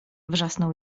wrzasnął